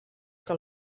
que